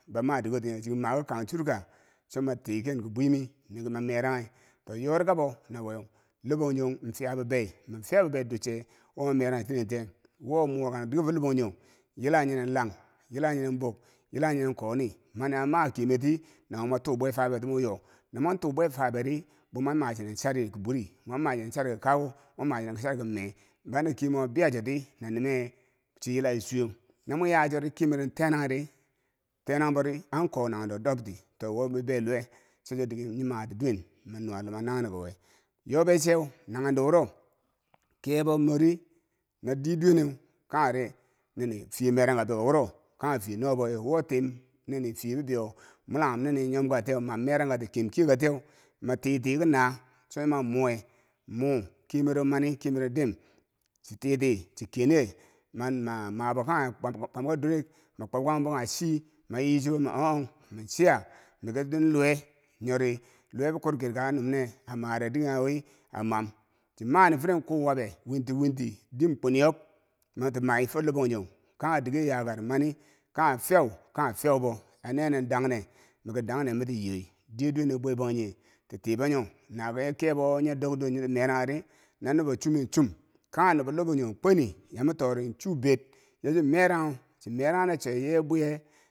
Bwo ma. a dike wo tighe chiki ma kikang chaka choma tiken ke bwime meki maraghii to yorikabo nowe labangyong in Fiya bibei min fiya bebai duche wo me meran chinentiya wo moka dikero labanjan yilan ye nen lang yila me nen bong many makeniir ti nawo mwo to bwe fabe moyo nomon to bwe febera bo mwen machinen chari ki bwori man machineu chari kikakonk mwen maci nen chariki mee banda kemero mwa biya cho ti na nime ci yila ci cuweu no mwi ywa cho ri kemero tenagheri tainanbodi han ko nangnen do dobti to wo bibeilowe chocho dekero nye mati duwene na nua luma nanghe dowe yobe chew nanghen do woro kebomori no diye duwe neu kari nini fiye meran kabako woro kanghe fiye nobe we wo timinini fiye bibeiyo mulaghen nyom ka mam marankati keyim kiyekatiyeu matiti kina choma muwe mu kemero moo mani kemero dim chititi chi kenye man ma kaghe kwam ka duwek ma kwob kang bo kanghe cii mayi chibo miki oh- ohk minchiya miki din loye nyeri loye bi kwur kirka numne amare dike kanghe wi a nam. cin mani firen ku wabe winti winti dim kweni yob miti mai for labangjong kanghe diker yarka mani kanghe fiyau kanghe fiyaubo a nenendangne mitidangne miti yoi diye duwena bwe bangjinghe ke tibo nyo naki kebowo nyo duk dor nye ki maraghe ri nubo chomeu chum kanghe nubo lobangjong kweni yamitori chuu ber ya chinmirawo chimarau nache yebwo ye.